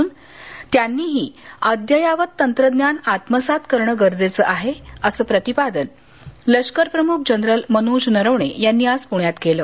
त्यामुळे त्यांनीही अद्ययावत तंत्रज्ञान आत्मसात करणं गरजेचं आहे असं प्रतिपादन लष्करप्रमुख जनरल मनोज नरवणे यांनी आज प्ण्यात केलं